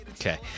Okay